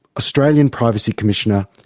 australian privacy commissioner,